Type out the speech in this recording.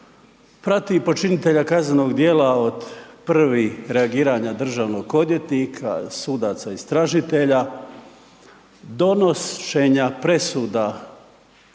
prati počinitelja kaznenog djela od prvih reagiranja državnog odvjetnika, sudaca istražitelja, donošenja presuda